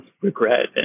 regret